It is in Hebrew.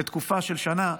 לתקופה של שנה,